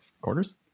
quarters